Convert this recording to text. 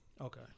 Okay